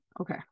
Okay